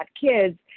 kids